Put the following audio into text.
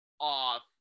off